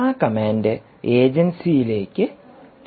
ആ കമാൻഡ് ഏജൻസിയിലേക്ക് പോകുന്നു